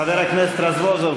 חבר הכנסת רזבוזוב,